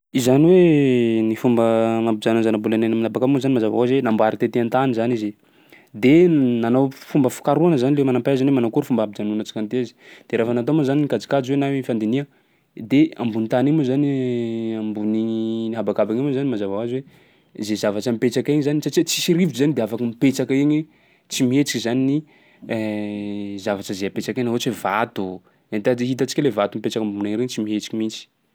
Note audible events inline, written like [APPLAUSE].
Izany hoe ny fomba mampijanona zava-bolana egny amin'ny habaka moa zany mazava hoazy hoe namboary tety an-tany zany izy. De nanao f- fomba fikarohagna zany le manam-pahaizana hoe manao akory fomba ampijanonantsika an'ity hoy izy. De raha fa natao moa zany ny kajikajy hoe na hoe fandiniha de ambony tany igny moa zany [HESITATION] ambony igny habakabaka igny moa zany mazava hoazy hoe zay zavatra mipetsaky egny zany satsia tsisy rivotsy zany de afaky mipetsaky egny, tsy mihetsiky zany ny [HESITATION] zavatsa zay apetsaka eny ohatsy hoe vato, e ta- hitantsika le vato mipetsaky ambony egny regny tsy mihetsiky mihitsy.